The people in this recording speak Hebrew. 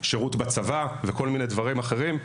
שירות בצבא ודברים אחרים.